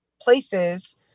places